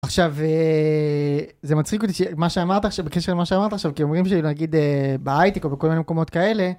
עכשיו זה מצחיק אותי מה שאמרת עכשיו בקשר למה שאמרת עכשיו כי אומרים שלהגיד בהייטק או בכל מיני מקומות כאלה,